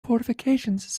fortifications